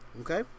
Okay